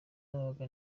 nabaga